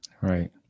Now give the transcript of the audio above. right